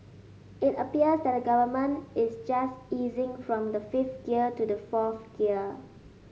it appears that the Government is just easing from the fifth gear to the fourth gear